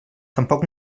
tampoc